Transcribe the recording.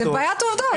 זה בעיית עובדות.